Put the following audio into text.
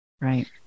Right